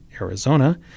Arizona